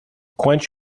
quench